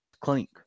Clink